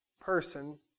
person